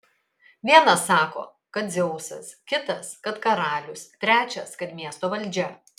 vienas sako kad dzeusas kitas kad karalius trečias kad miesto valdžia